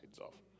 off